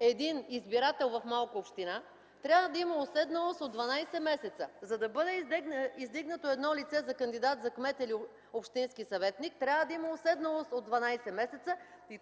един избирател от малка община, трябва да има уседналост от 12 месеца. За да бъде издигнато едно лице за кандидат за кмет или общински съветник, трябва да има уседналост от 12 месеца и